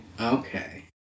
Okay